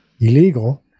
illegal